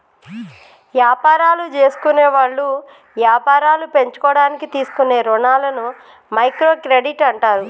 యాపారాలు జేసుకునేవాళ్ళు యాపారాలు పెంచుకోడానికి తీసుకునే రుణాలని మైక్రో క్రెడిట్ అంటారు